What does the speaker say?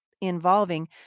involving